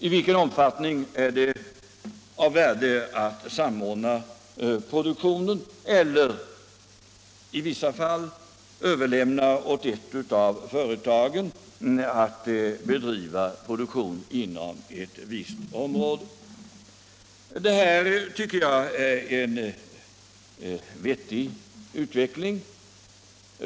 I vilken omfattning är det av värde att samordna produktionen, och när skall man överlåta åt ett av företagen att bedriva produktion inom ett visst område? Jag tycker detta är en vettig utveckling.